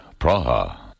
Praha